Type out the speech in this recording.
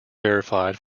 verified